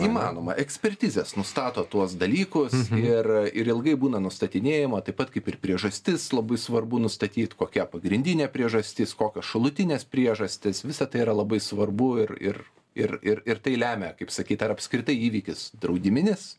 įmanoma ekspertizės nustato tuos dalykus ir ir ilgai būna nustatinėjama taip pat kaip ir priežastis labai svarbu nustatyt kokia pagrindinė priežastis kokios šalutinės priežastys visa tai yra labai svarbu ir ir ir ir ir tai lemia kaip sakyt ar apskritai įvykis draudiminis